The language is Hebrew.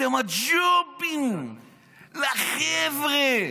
אתם, הג'ובים לחבר'ה.